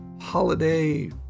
holiday